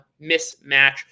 mismatch